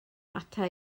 ata